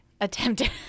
attempted